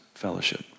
fellowship